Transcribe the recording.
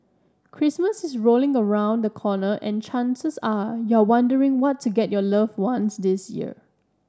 Christmas is rolling around the corner and chances are you're wondering what to get your loved ones this year